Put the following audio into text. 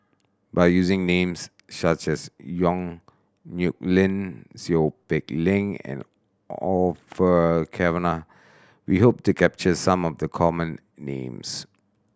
by using names such as Yong Nyuk Lin Seow Peck Leng and Orfeur Cavenagh we hope to capture some of the common names